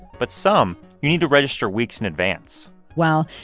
but some you need to register weeks in advance well,